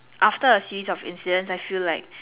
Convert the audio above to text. after a series of incidents I feel like